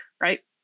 right